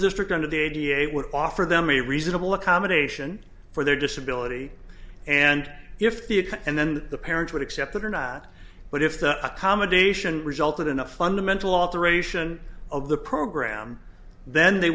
district of the eighty eight would offer them a reasonable accommodation for their disability and if and then that the parents would accept it or not but if the accommodation resulted in a fundamental alteration of the program then they